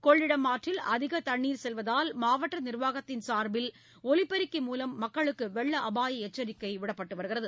கொள்ளிடம் ஆற்றில் அதிக தண்ணீர் செல்வதால் மாவட்ட நிர்வாகத்தின் சார்பில் ஒலிபெருக்கி மூலம் மக்களுக்கு வெள்ள அபாய எச்சரிக்கை விடப்பட்டு வருகிறது